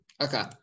Okay